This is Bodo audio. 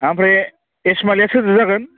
आमफ्राय एसमालिया सोरजों जागोन